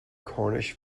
cornish